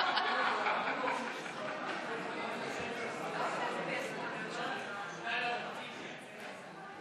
משלוח חשבונית לצרכן בדרך מקוונת),